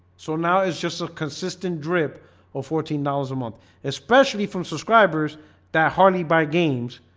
so now it's just a consistent drip of fourteen dollars a month especially from subscribers that hardly buy games